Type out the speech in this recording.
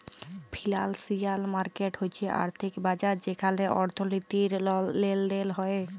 financial market হচ্যে আর্থিক বাজার যেখালে অর্থনীতির লেলদেল হ্য়েয়